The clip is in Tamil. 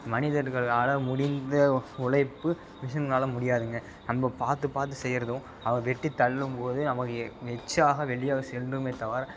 மனிதர்களால் முடிந்த உழைப்பு மிஷின்னால் முடியாதுங்க நம்ம பார்த்து பார்த்து செய்கிறதும் அவங்க வெட்டி தள்ளும்போது அவங்க எ எச்சாக வெளியே செல்லுமே தவிர